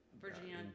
virginia